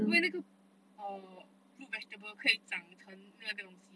因为那个 err root vegetable 可以长成另外一个东西